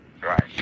Right